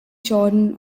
jordan